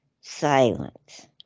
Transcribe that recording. silence